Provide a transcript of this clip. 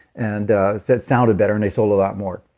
and so it sounded better and they sold a lot more.